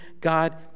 God